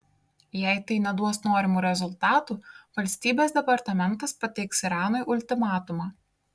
jei tai neduos norimų rezultatų valstybės departamentas pateiks iranui ultimatumą